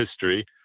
history